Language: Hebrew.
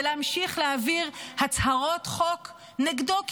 ולהמשיך להעביר הצהרות חוק נגדו,